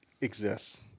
exists